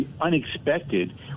unexpected